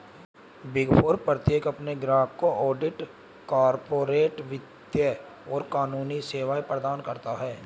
big four प्रत्येक अपने ग्राहकों को ऑडिट, कॉर्पोरेट वित्त और कानूनी सेवाएं प्रदान करता है